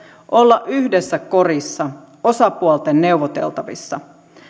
olla yhdessä korissa osapuolten neuvoteltavissa